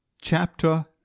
Chapter